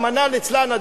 רחמנא ליצלן,